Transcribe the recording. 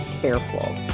careful